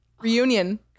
reunion